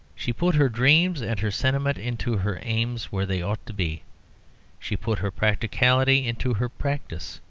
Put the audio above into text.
she put her dreams and her sentiment into her aims, where they ought to be she put her practicality into her practice.